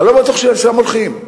אני לא בטוח שלשם הולכים,